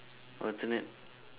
alternate